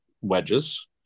wedges